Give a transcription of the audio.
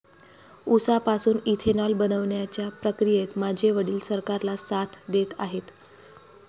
उसापासून इथेनॉल बनवण्याच्या प्रक्रियेत माझे वडील सरकारला साथ देत आहेत